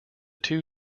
two